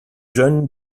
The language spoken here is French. john